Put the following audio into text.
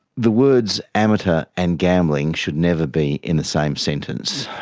the words amateur and gambling should never be in the same sentence.